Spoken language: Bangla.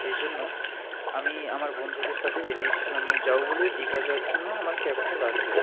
সেই জন্য আমি আমার বন্ধুদের সাথে বেরিয়েছিলাম যাবো বলে দীঘা যাওয়ার জন্য আমার ক্যাবটা লাগবে